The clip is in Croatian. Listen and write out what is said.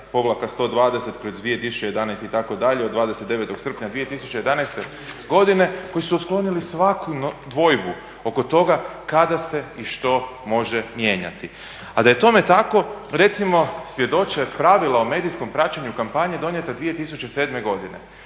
odluku U-1-120/2011, itd. od 29. srpnja 2011. godine koji su otklonili svaku dvojbu oko toga kada se i što može mijenjati. A da je tome tako, recimo, svjedoče pravila o medijskom praćenju kampanje donijeta 2007. godine.